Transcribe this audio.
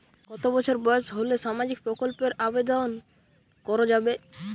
কত বছর বয়স হলে সামাজিক প্রকল্পর আবেদন করযাবে?